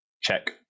check